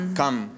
come